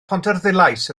pontarddulais